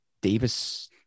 Davis